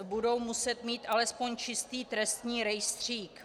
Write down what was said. Budou muset mít alespoň čistý trestní rejstřík?